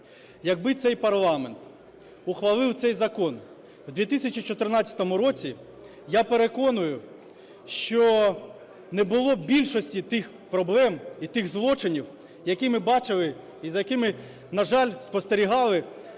Якби цей парламент ухвалив цей закон у 2014 році, я переконую, що не було б більшості тих проблем і тих злочинів, які ми бачили і за якими, на жаль, спостерігали